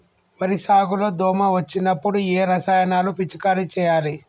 వరి సాగు లో దోమ వచ్చినప్పుడు ఏ రసాయనాలు పిచికారీ చేయాలి?